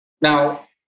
Now